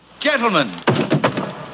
Gentlemen